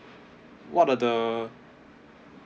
what are the